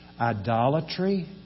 Idolatry